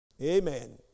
Amen